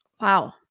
Wow